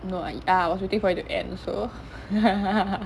no I ya I was waiting for it to end so